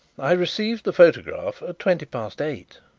i received the photograph at twenty past eight.